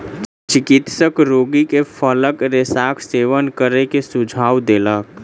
चिकित्सक रोगी के फलक रेशाक सेवन करै के सुझाव देलक